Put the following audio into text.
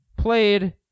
Played